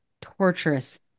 torturous